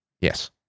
Yes